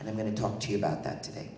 and i'm going to talk to you about that today